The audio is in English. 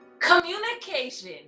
communication